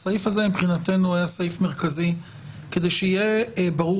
הסעיף הזה מבחינתנו היה סעיף מרכזי כדי שיהיה ברור